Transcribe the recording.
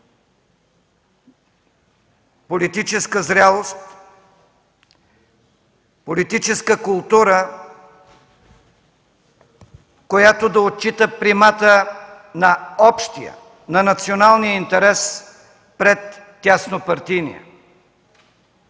политическа зрялост, политическа култура, която да отчита примата на общия, на националния интерес пред тясно партийния.